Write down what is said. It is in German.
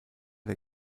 der